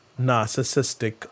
narcissistic